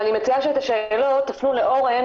אני מציעה שאת השאלות תפנו לאורן,